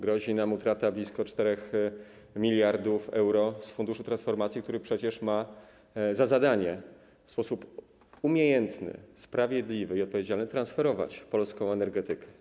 Grozi nam utrata blisko 4 mld euro z funduszu transformacji, który przecież ma za zadanie w sposób umiejętny, sprawiedliwy i odpowiedzialny transferować polską energetykę.